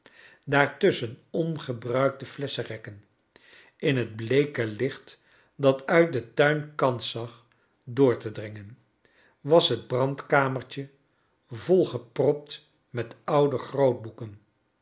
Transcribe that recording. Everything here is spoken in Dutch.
daar tusschen ongebruikte flesschenrekken in het bleeke licht dat uit den tuin kans zag door te dringen was het brandkamertje volgepropt met oude